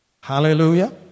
Hallelujah